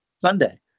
Sunday